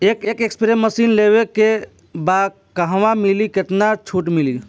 एक spray machine लेवे के बा कहवा मिली केतना छूट मिली?